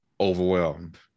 overwhelmed